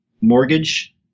mortgage